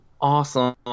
awesome